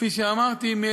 כפי שאמרתי,